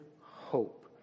hope